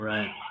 Right